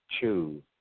choose